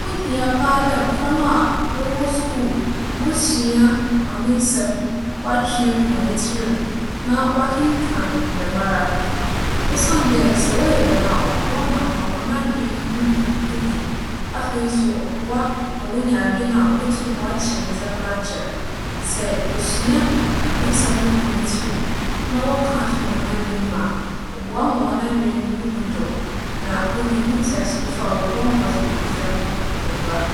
Ho hia paa dɛ mboframba a wͻwͻ skuul bosua awensɛm, wͻatwe egu hͻn tsir mu, na wͻakenkan no dɛmara. Osiandɛ sɛ wͻyɛ dɛm a ͻboa hͻn ma hͻn adwen no mu onyin. Afei so, ͻboa ma wonya adwen a obotum ͻakye ndzɛmba akyɛr. Sɛ wosua awensɛm no gu hͻn tsir na wͻka fi hͻn adwen mu a, ͻboa ma hͻn adwen no mu dͻ na wonya mu ntseasee so a, ͻboa ma wͻdze mu nsɛm no dze bͻ bra.